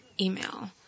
email